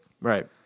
Right